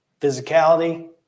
physicality